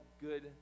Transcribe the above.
good